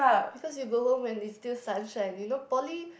because you go home when it's still sunshine you know poly